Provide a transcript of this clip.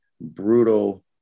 brutal